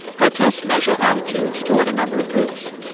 her tests measure attitudes toward a number of groups.